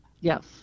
Yes